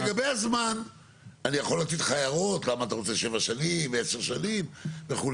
לגבי הזמן אני יכול לתת לך הערות למה אתה רוצה שבע שנים ועשר שנים וכו'.